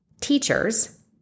teachers